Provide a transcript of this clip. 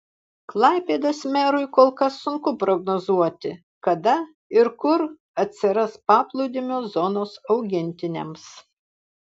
klaipėdos merui kol kas sunku prognozuoti kada ir kur atsiras paplūdimio zonos augintiniams